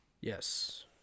Yes